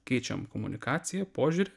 keičiam komunikaciją požiūrį